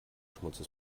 schmutzes